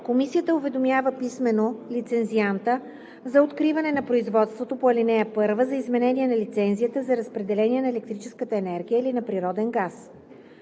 Комисията уведомява писмено лицензианта за откриване на производството по ал. 1 за изменение на лицензията за разпределение на електрическа енергия или на природен газ.